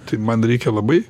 tai man reikia labai